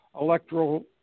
electoral –